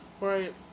Right